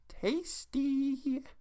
Tasty